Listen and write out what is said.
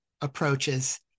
approaches